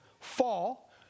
Fall